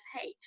hey